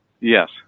Yes